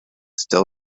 still